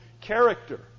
character